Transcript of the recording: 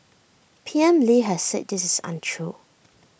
P M lee has said this is untrue